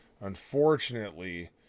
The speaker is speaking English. Unfortunately